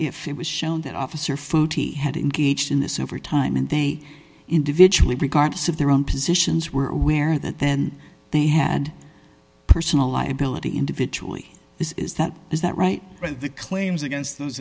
if it was shown that officer footie had engaged in this over time and they individually regardless of their own positions were aware that then they had personal liability individually this is that is that right and the claims against those